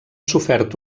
sofert